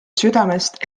südamest